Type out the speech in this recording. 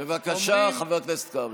בבקשה, חבר הכנסת קרעי.